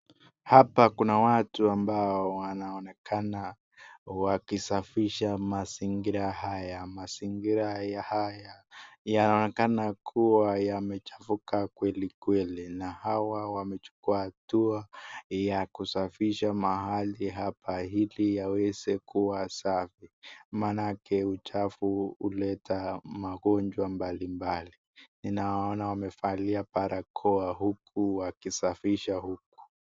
Hapa kuna watu ambao wanaonekana wakisafisha mazingira haya maringira yaa haya yanaonekana kuwa yamechafuka kwelikweli na hawa wamechukua hatua ya kusafisha mahali hapa ili aweze kuwa safi manake uchafu huleta mangonjwa mbali mbali ninaona wamevalia barakoa huku wakisafisha huku.